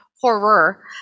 horror